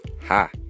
Ha